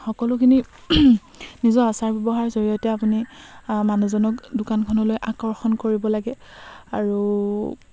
সকলোখিনি নিজৰ আচাৰ ব্যৱহাৰ জৰিয়তে আপুনি মানুহজনক দোকানখনলৈ আকৰ্ষণ কৰিব লাগে আৰু